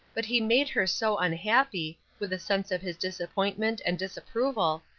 but he made her so unhappy, with a sense of his disappointment and disapproval,